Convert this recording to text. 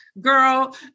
girl